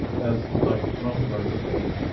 as, like most of our principles,